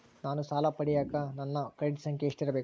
ನಾನು ಸಾಲ ಪಡಿಯಕ ನನ್ನ ಕ್ರೆಡಿಟ್ ಸಂಖ್ಯೆ ಎಷ್ಟಿರಬೇಕು?